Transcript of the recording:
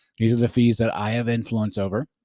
these are the fees that i have influence over.